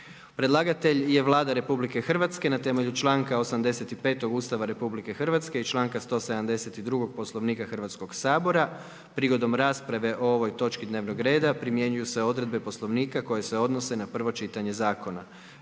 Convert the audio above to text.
Predlagatelj je Vlada RH na temelju članka 85. Ustava RH i 172. Poslovnika Hrvatskog sabora. Prigodom rasprave o ovoj točki dnevnog reda primjenjuju se odredbe Poslovnika koje se odnose na prvo čitanje zakona.